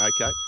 Okay